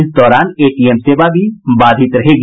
इस दौरान एटीएम सेवा भी बाधित रहेगी